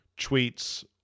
tweets